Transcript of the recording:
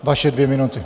Vaše dvě minuty.